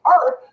earth